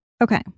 Okay